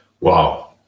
Wow